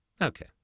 okay